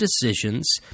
decisions